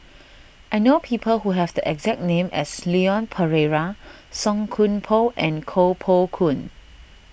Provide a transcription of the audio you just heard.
I know people who have the exact name as Leon Perera Song Koon Poh and Koh Poh Koon